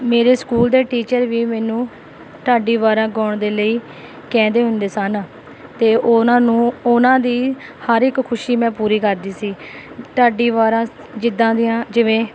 ਮੇਰੇ ਸਕੂਲ ਦੇ ਟੀਚਰ ਵੀ ਮੈਨੂੰ ਢਾਡੀ ਵਾਰਾਂ ਗਾਉਣ ਦੇ ਲਈ ਕਹਿੰਦੇ ਹੁੰਦੇ ਸਨ ਅਤੇ ਉਹਨਾਂ ਨੂੰ ਉਹਨਾਂ ਦੀ ਹਰ ਇੱਕ ਖੁਸ਼ੀ ਮੈਂ ਪੂਰੀ ਕਰਦੀ ਸੀ ਢਾਡੀ ਵਾਰਾਂ ਜਿੱਦਾਂ ਦੀਆਂ ਜਿਵੇਂ